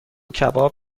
کباب